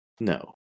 No